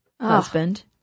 husband